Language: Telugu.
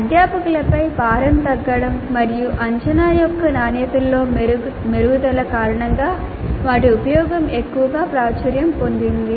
అధ్యాపకులపై భారం తగ్గడం మరియు అంచనా యొక్క నాణ్యతలో మెరుగుదల కారణంగా వాటి ఉపయోగం ఎక్కువగా ప్రాచుర్యం పొందింది